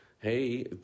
Hey